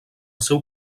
seu